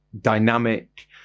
dynamic